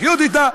לחיות אתה,